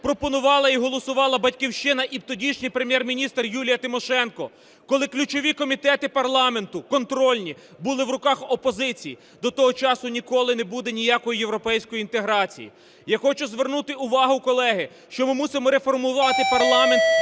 пропонувала і голосувала "Батьківщина" і тодішній Прем'єр-міністр Юлія Тимошенко, коли ключові комітети парламенту контрольні були в руках опозиції, до того часу ніколи не буде ніякої європейської інтеграції. Я хочу звернути увагу, колеги, що ми мусимо реформувати парламент,